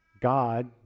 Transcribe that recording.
God